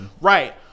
Right